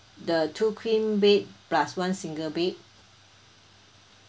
the two queen bed plus one single bed